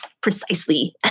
precisely